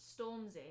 Stormzy